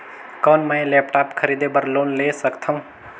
कौन मैं लेपटॉप खरीदे बर लोन ले सकथव?